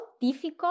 difficult